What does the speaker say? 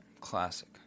Classic